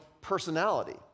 personality